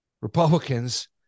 Republicans